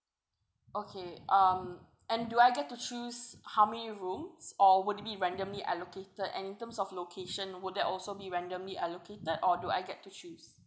okay um and do I get to choose how many rooms or would it be randomly allocated and in terms of location would that also be randomly allocated or do I get to choose